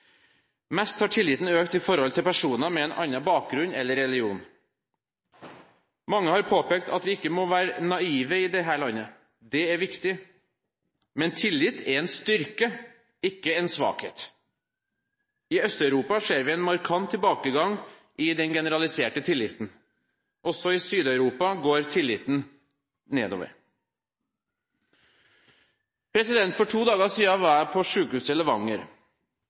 Mest har tilliten økt i forhold til personer med en annen bakgrunn eller religion. Mange har påpekt at vi ikke må være naive i dette landet. Det er viktig. Men tillit er en styrke, ikke en svakhet. I Øst-Europa ser vi en markant tilbakegang i den generaliserte tilliten. Også i Syd-Europa går tilliten nedover. For to dager siden var jeg på